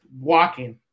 walking